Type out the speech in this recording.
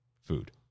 food